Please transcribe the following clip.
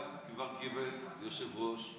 גם כבר קיבל יושב-ראש,